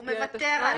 הוא מוותר על התוספת.